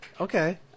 Okay